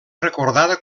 recordada